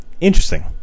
Interesting